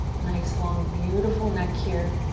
nice, long, beautiful neck here.